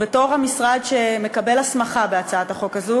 בתור המשרד שמקבל הסמכה בהצעת החוק הזאת,